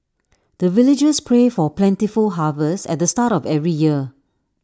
the villagers pray for plentiful harvest at the start of every year